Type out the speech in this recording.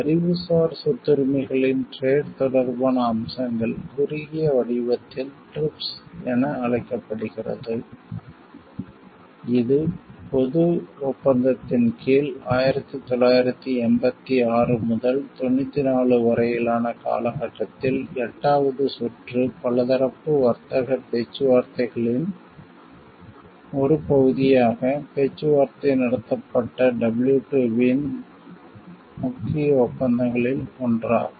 அறிவுசார் சொத்துரிமைகளின் டிரேட் வர்த்தகம் தொடர்பான அம்சங்கள் குறுகிய வடிவத்தில் TRIPS trade related intellectual property rights என அழைக்கப்படுகிறது இது பொது ஒப்பந்தத்தின் கீழ் 1986 முதல் 94 வரையிலான காலகட்டத்தில் எட்டாவது சுற்று பலதரப்பு வர்த்தக பேச்சுவார்த்தைகளின் ஒரு பகுதியாக பேச்சுவார்த்தை நடத்தப்பட்ட WTO இன் முக்கிய ஒப்பந்தங்களில் ஒன்றாகும்